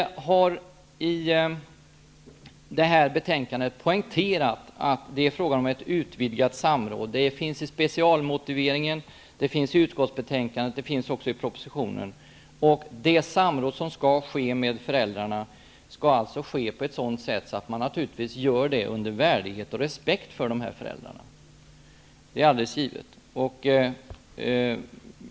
Vi har i detta betänkande poängterat att det är fråga om ett utvidgat samråd. Det finns i specialmotiveringen, i utskottsbetänkandet och även i propositionen. Det samråd som skall ske med föräldrarna skall naturligtvis ske med värdighet och respekt för de här föräldrarna. Det är alldeles givet.